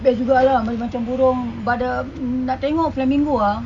best juga lah macam-macam burung but the nak tengok flamingo ah